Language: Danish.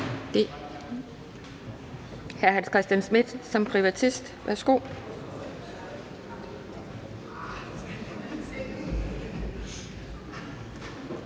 Hans Christian Schmidt som privatist. Værsgo.